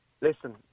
Listen